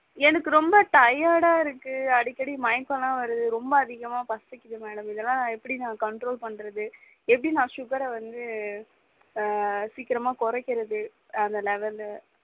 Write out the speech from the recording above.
எனக்கு ரொம்ப டயர்டாக இருக்கு அடிக்கடி மயக்கலாம் வருது ரொம்ப அதிகமாக பசிக்குது மேடம் இதெல்லாம் எப்படி நான் கண்ட்ரோல் பண்ணுறது எப்படி நான் ஷுகரை வந்து சீக்கிரமாக குறைக்கிறது அந்த லெவல்லு